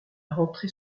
rentrer